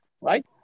right